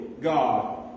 God